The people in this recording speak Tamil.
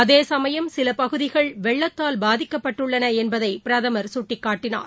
அதேசமயம் சிலபகுதிகள் வெள்ளத்தால் பாதிக்கப்பட்டுள்ளனஎன்பதைபிரதமர் சுட்டக்காட்டினார்